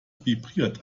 vibriert